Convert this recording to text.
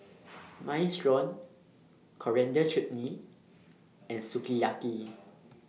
Minestrone Coriander Chutney and Sukiyaki